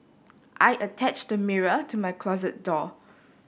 I attached to mirror to my closet door